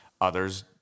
others